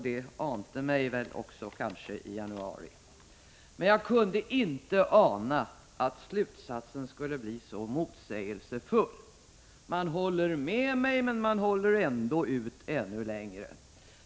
Det anade jag kanske också i januari. Men jag kunde inte ana att slutsatsen skulle bli så motsägelsefull. Man håller med mig, men håller ändå ut ännu längre.